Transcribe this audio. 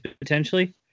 potentially